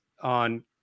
on